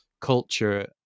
culture